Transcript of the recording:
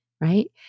right